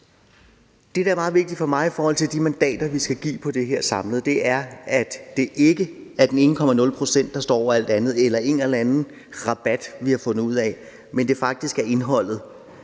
Det, der er meget vigtigt for mig i forhold til de mandater, vi skal give på det her samlet, er, at det ikke er den ene procent – 1,00 pct. – eller en eller anden rabat, vi har fundet ud af, der står over alt andet,